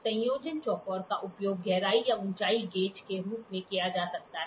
संयोजन चौकोर का उपयोग गहराई या ऊंचाई गेज के रूप में किया जा सकता है